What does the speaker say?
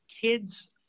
kids